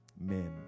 men